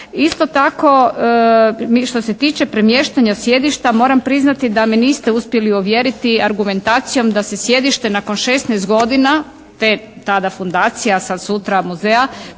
Isto tako što se tiče premještanja sjedišta moram priznati da me niste uspjeli uvjeriti argumentacijom da se sjedište nakon 16 godina te tada fundacija, sad sutra muzeja,